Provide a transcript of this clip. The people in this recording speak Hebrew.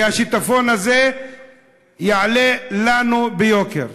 כי השיטפון הזה יעלה לנו ביוקר.